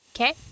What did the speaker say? Okay